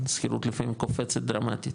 שכירות לפעמים קופצת דרמטית.